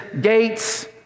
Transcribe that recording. gates